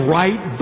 right